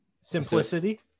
simplicity